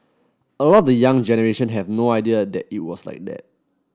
a lot of the young generation have no idea that it was like that